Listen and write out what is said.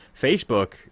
Facebook